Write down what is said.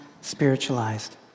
spiritualized